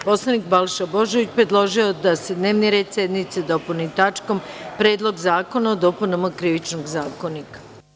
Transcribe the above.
Poslanik Balša Božović, predložio je da se dnevni red sednice dopuni tačkom Predlog Zakona o dopunama Krivičnog zakonika.